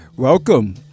Welcome